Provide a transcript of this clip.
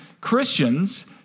Christians